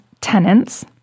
tenants